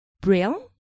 Braille